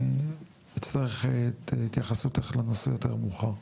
אני אצטרך את התייחסותך לנושא יותר מאוחר.